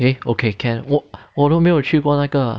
eh okay can 我都没有去过那个